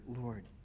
Lord